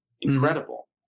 incredible